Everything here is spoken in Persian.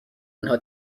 انها